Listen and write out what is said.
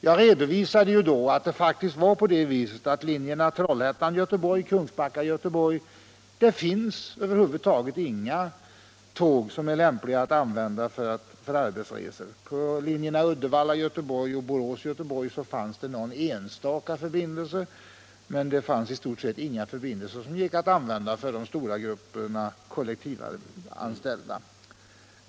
Jag redovisade då att det på linjerna Trollhättan-Göteborg och Kungsbacka-Göteborg över huvud taget inte fanns några tåg som var lämpliga att använda för arbetsresor. På linjerna Uddevalla-Göteborg och Borås Göteborg fanns det någon enstaka förbindelse, men i stort sett ingen som de stora grupperna kollektivanställda kunde använda.